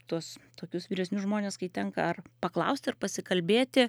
tuos tokius vyresnius žmones kai tenka ar paklausti ar pasikalbėti